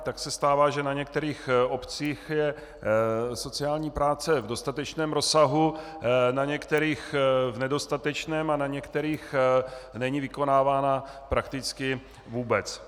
Tak se stává, že na některých obcích je sociální práce v dostatečném rozsahu, na některých v nedostatečném a na některých není vykonávána prakticky vůbec.